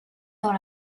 dans